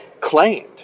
claimed